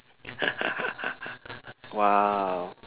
!wow!